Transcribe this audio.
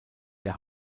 der